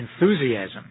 enthusiasm